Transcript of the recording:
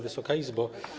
Wysoka Izbo!